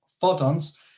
photons